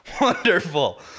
Wonderful